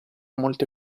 molte